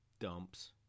Dumps